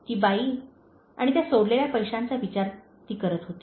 ती बाई आणि त्या सोडलेल्या पैशांचा विचार ती करत होती